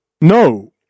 No